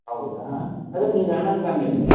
ಹೌದಾ ಅದೇ ನೀವು ಹೆಂಗಂದ್ರ ಹಾಗೆ ಸರ್